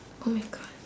oh my god